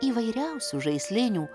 įvairiausių žaislinių